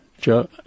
Joe